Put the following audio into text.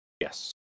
Yes